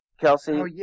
Kelsey